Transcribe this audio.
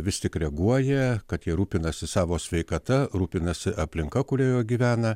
vis tik reaguoja kad jie rūpinasi savo sveikata rūpinasi aplinka kurioje gyvena